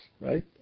Right